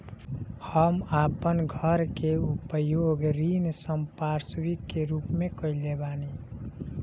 हम अपन घर के उपयोग ऋण संपार्श्विक के रूप में कईले बानी